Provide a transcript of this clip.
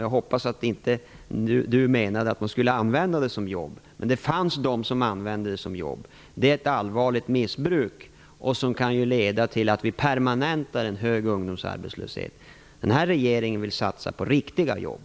Jag hoppas att inte Sven Bergström menar att vi skall använda dem som jobb, men det fanns de som använde dem som jobb. Det är ett allvarligt missbruk som kan leda till att vi permanentar en hög ungdomsarbetslöshet. Den här regeringen vill satsa på riktiga jobb.